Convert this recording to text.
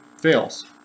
Fails